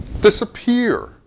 disappear